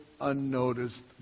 unnoticed